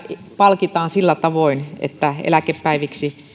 palkitaan sillä tavoin että eläkepäiviksi